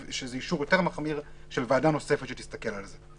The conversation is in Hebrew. שזה אישור יותר מחמיר של ועדה נוספת שתסתכל על זה.